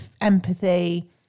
empathy